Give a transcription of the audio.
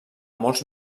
molts